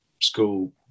school